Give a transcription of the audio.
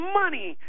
money